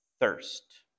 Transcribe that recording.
thirst